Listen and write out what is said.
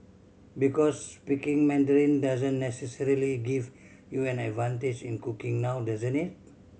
because speaking Mandarin doesn't necessarily give you an advantage in cooking now doesn't it